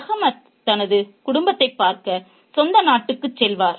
ரஹாமத் தனது குடும்பத்தைப் பார்க்க சொந்த நாட்டுக்குச் செல்வார்